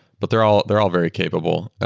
but they're all they're all very capable.